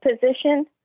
position